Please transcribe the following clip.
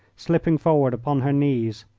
slipping forward upon her knees.